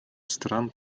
стран